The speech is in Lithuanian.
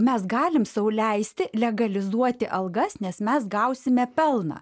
mes galime sau leisti legalizuoti algas nes mes gausime pelną